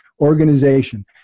organization